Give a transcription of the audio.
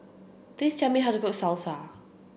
please tell me how to cook Salsa